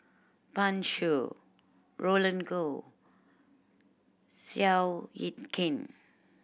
Pan Shou Roland Goh Seow Yit Kin